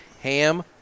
Ham